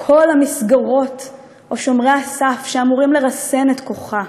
כל המסגרות או שומרי הסף שאמורים לרסן את כוחה,